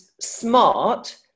smart